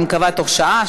אני מקווה תוך שעה,